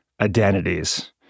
identities